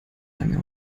lange